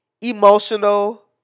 Emotional